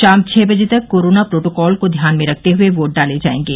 शाम छह बजे तक कोरोना प्रोटोकॉल को ध्यान में रखते हए वोट डाले जायेंगे